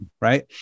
right